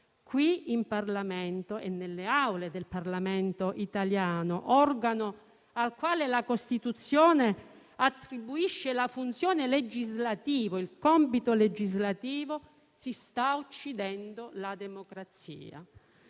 qui in Parlamento, nelle Aule del Parlamento italiano, organo al quale la Costituzione attribuisce la funzione legislativa, si sta uccidendo la democrazia.